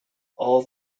all